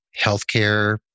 healthcare